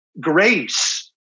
grace